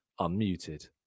Unmuted